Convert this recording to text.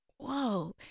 Whoa